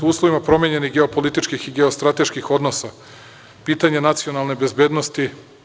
U uslovima promenjenih geopolitičkih i geostrateških odnosa pitanje nacionalne bezbednosti